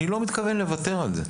אני לא מתכוון לוותר על זה.